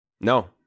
no